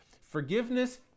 forgiveness